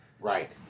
right